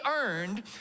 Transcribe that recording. earned